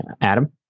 adam